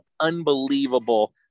unbelievable